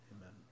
amen